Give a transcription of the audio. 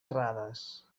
errades